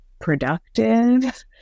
productive